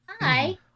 Hi